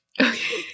Okay